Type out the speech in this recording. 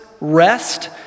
rest